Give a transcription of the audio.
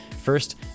first